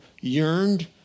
yearned